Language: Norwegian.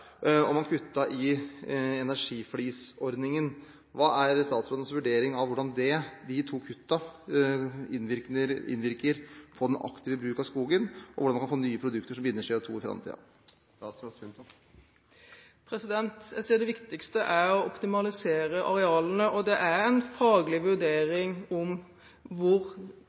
Hva er statsrådens vurdering av hvordan de to kuttene innvirker på den aktive bruken av skogen og hvordan man kan få nye produkter som binder CO2 i framtiden? Jeg sier at det viktigste er å optimalisere arealene, og det er en faglig vurdering